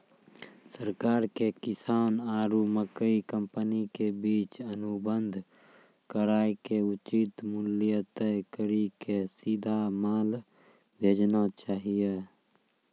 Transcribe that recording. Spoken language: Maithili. सरकार के किसान आरु मकई कंपनी के बीच अनुबंध कराय के उचित मूल्य तय कड़ी के सीधा माल भेजना चाहिए?